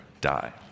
die